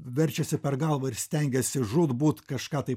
verčiasi per galvą ir stengiasi žūtbūt kažką tai